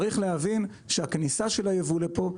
צריך להבין שהכניסה של הייבוא לפה,